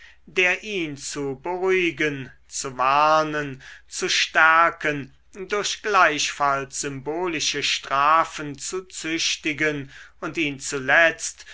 der ihn zu beruhigen zu warnen zu stärken durch gleichfalls symbolische strafen zu züchtigen und ihn zuletzt